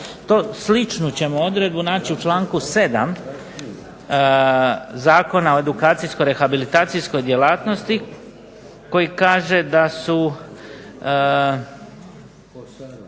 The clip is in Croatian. Sličnu ćemo odredbu naći u članku 7. Zakona o edukacijsko-rehabilitacijskoj djelatnosti koji kaže da su